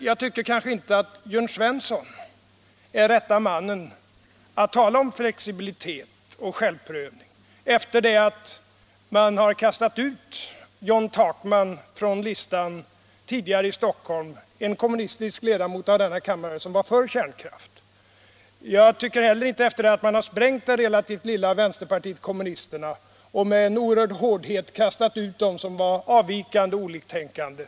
Jag tycker inte att Jörn Svensson är rätte mannen att tala om flexibilitet och självprövning efter det att man kastat ut John Takman från stockholmslistan, en kommunistisk ledamot av denna kammare som var för kärnkraften. Man har ju också sprängt det relativt lilla vänsterpartiet kommunisterna och med enorm hårdhet kastat ut dem som var avvikande och oliktänkande.